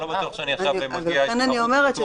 אני לא בטוח שאני עכשיו מגיע --- לכן אני אומרת